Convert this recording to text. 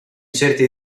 certi